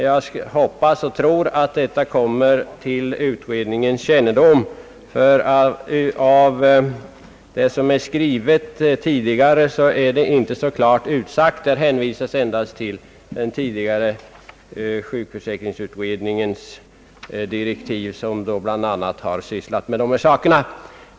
Jag hoppas och tror att statsrådets yttrande kommer till utredningens kännedom — i vad som tidigare skrivits är detta nämligen inte så klart utsagt; man hänvisar endast till den tidigare sjukförsäkringsutredningens direktiv, och den utredningen har bl.a. sysslat med dessa frågor.